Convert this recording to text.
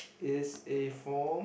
is a form